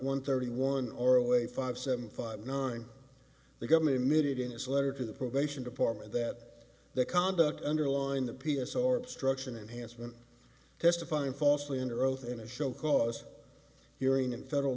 one thirty one or away five seven five nine the government emitted in his letter to the probation department that the conduct underlined the p s or obstruction enhanced when testifying falsely under oath in a show cause hearing in federal